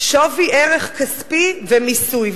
שווי ערך כספי ומיסוי.